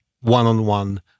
one-on-one